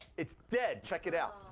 it's dead. check it out.